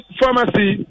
pharmacy